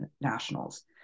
nationals